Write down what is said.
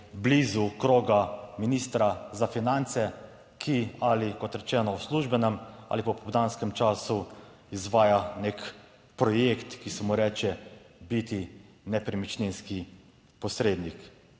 blizu kroga ministra za finance, ki ali kot rečeno, v službenem ali popoldanskem času izvaja nek projekt, ki se mu reče biti nepremičninski posrednik.